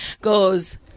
Goes